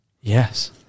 Yes